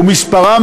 ומספרם